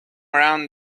ran